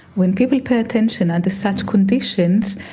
when people pay attention under such conditions,